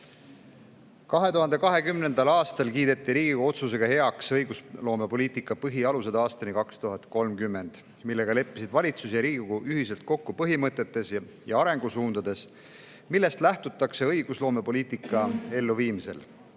2020. aastal kiideti Riigikogu otsusega heaks "Õigusloomepoliitika põhialused aastani 2030", millega leppisid valitsus ja Riigikogu ühiselt kokku põhimõtetes ja arengusuundades, millest lähtutakse õigusloomepoliitika elluviimisel.